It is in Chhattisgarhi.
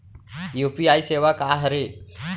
यू.पी.आई सेवा का हरे?